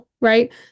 right